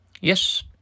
Yes